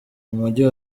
umujyi